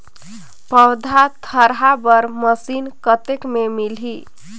पौधा थरहा बर मशीन कतेक मे मिलही?